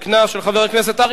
של חבר הכנסת אריה ביבי.